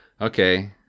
Okay